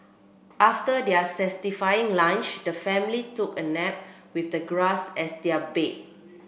after their satisfying lunch the family took a nap with the grass as their bed